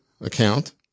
account